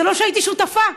זה לא שהייתי שותפה,